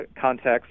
context